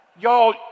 Y'all